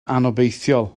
anobeithiol